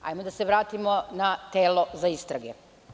Hajmo da se vratimo na telo za istrage.